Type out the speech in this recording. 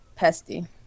pesty